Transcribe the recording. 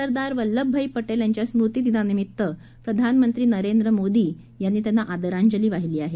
सरदार वल्लभभाई पटेल यांच्या स्मृतिदिना निमित्त प्रधानमंत्री नरेंद्र मोदी यांनी त्यांना आदरांजली वाहिली आहे